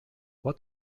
what